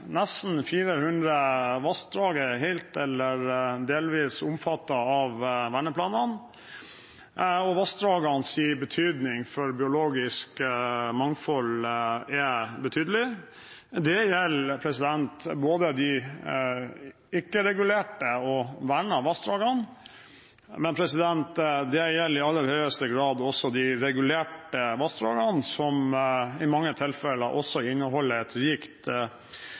Nesten 400 vassdrag er helt eller delvis omfattet av verneplanen, og vassdragenes betydning for biologisk mangfold er betydelig. Det gjelder både de ikke-regulerte og de vernede vassdragene, og det gjelder i aller høyeste grad også de regulerte vassdragene som i mange tilfeller også inneholder et rikt